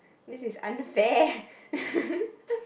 this is unfair